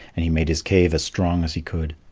and he made his cave as strong as he could.